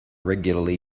regularly